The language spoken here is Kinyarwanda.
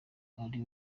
ari